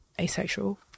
asexual